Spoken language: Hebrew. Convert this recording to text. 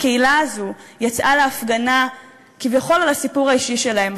הקהילה הזו יצאה להפגנה כביכול על הסיפור האישי שלהם,